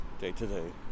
day-to-day